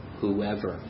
whoever